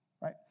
right